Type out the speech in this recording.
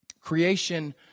Creation